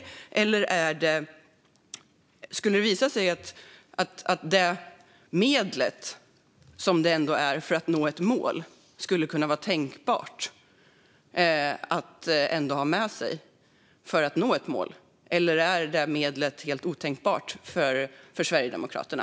Skulle det kunna visa sig att detta medel, som det ändå är, för att nå ett mål ändå är tänkbart att ha med sig just för att nå ett mål, eller är det medlet helt otänkbart för Sverigedemokraterna?